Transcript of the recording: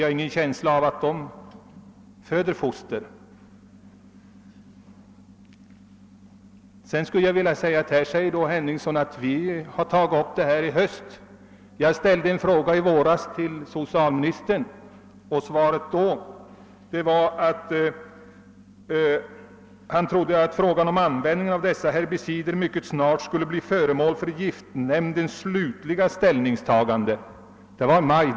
Jag har en känsla av att karlar inte utsätts för fosterskador. Herr Henningsson sade vidare att vi har tagit upp detta ärende i höst. Jag ställde emellertid en fråga till socialministern i våras, och svaret då blev att han trodde att frågan om användningen av dessa herbicider mycket snart skulle bli föremål för giftnämndens slutliga ställningstagande. Detta var i maj.